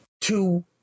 two